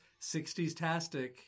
60s-tastic